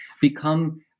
become